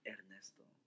Ernesto